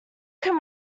can